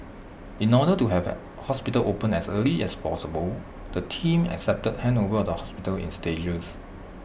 in order to have hospital opened as early as possible the team accepted handover of the hospital in stages